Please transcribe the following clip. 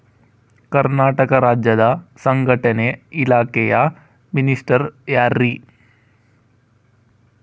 ಕರ್ನಾಟಕ ರಾಜ್ಯದ ಸಂಘಟನೆ ಇಲಾಖೆಯ ಮಿನಿಸ್ಟರ್ ಯಾರ್ರಿ?